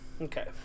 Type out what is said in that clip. Okay